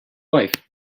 life